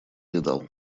видал